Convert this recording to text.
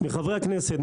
מחברי הכנסת,